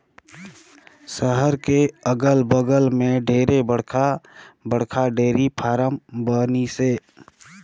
सहर के अगल बगल में ढेरे बड़खा बड़खा डेयरी फारम बनिसे